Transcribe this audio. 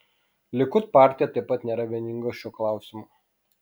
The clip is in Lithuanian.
likud partija taip pat nėra vieninga šiuo klausimu